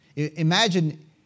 imagine